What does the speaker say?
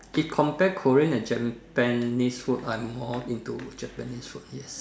if compare Korean and Japanese food I'm more into Japanese food yes